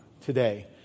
today